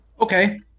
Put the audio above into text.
okay